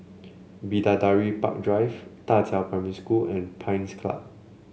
Bidadari Park Drive Da Qiao Primary School and Pines Club